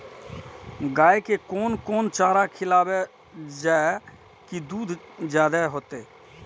गाय के कोन कोन चारा खिलाबे जा की दूध जादे होते?